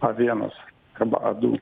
a vienas arba a du